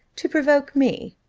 to provoke me.